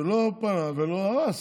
ולא פעל ולא הרס,